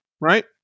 right